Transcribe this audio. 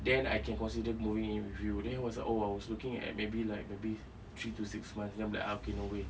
then I can consider moving in with you then he was like oh I was looking at maybe like maybe three to six months then I'm like ah okay no way